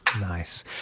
Nice